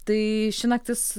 tai ši naktis